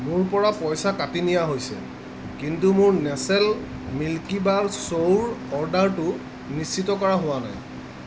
মোৰ পৰা পইচা কাটি নিয়া হৈছে কিন্তু মোৰ নেচেল মিল্কিবাৰ চৌৰ অৰ্ডাৰটো নিশ্চিত কৰা হোৱা নাই